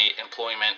employment